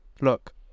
look